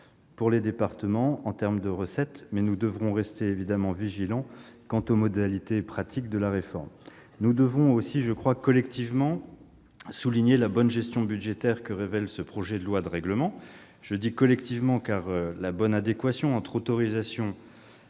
pour les départements en matière de recettes, mais nous devrons rester vigilants quant aux modalités pratiques de la réforme. Nous devons aussi collectivement souligner la bonne gestion budgétaire que révèle ce projet de loi de règlement. Je dis « collectivement », car la bonne adéquation entre autorisation